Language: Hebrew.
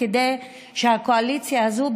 כדי שהקואליציה הזו,